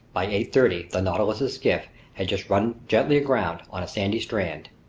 by eight thirty the nautilus's skiff had just run gently aground on a sandy strand,